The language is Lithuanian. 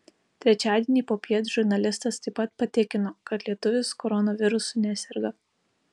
trečiadienį popiet žurnalistas taip pat patikino kad lietuvis koronavirusu neserga